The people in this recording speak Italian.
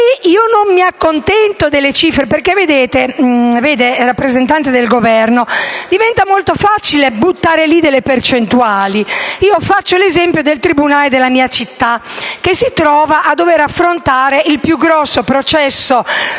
io non mi accontento delle cifre perché vede, signor rappresentante del Governo, diventa molto facile indicare le percentuali. Faccio l'esempio del tribunale della mia città che si trova a dover affrontare il più grosso processo per